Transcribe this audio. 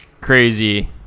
crazy